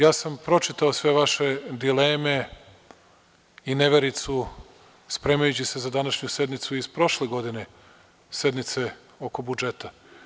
Ja sam pročitao sve vaše dileme i nevericu, spremajući se za današnju sednicu iz prošle godine, sednice oko budžeta.